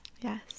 Yes